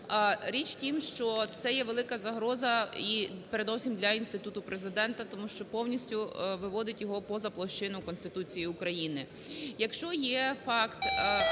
Річ в тім, що це є велика загроза, і передовсім для інституту Президента, тому що повністю виводить його поза площину Конституції України.